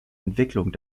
entwicklung